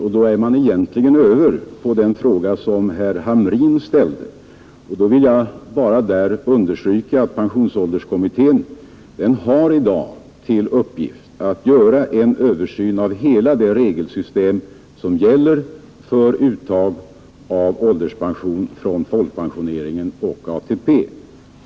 Därmed är jag över på den fråga som herr Hamrin ställde. Jag vill bara understryka att pensionsålderskommittén har till uppgift att göra en översyn av hela det regelsystem som gäller för uttag av ålderspension från folkpensioneringen och ATP.